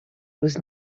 was